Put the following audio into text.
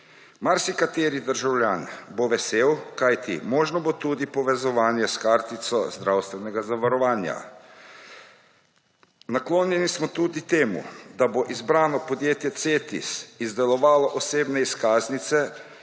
Marsikateri državljan bo vesel, kajti možno bo tudi povezovanje s kartico zdravstvenega zavarovanja. Naklonjeni smo tudi temu, da bo izbrano podjetje Cetis izdelovalo osebne izkaznice,